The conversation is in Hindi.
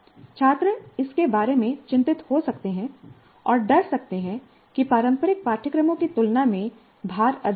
छात्र इसके बारे में चिंतित हो सकते हैं और डर सकते हैं कि पारंपरिक पाठ्यक्रमों की तुलना में भार अधिक होगा